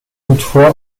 toutefois